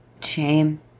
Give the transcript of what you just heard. Shame